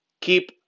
Keep